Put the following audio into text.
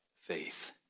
faith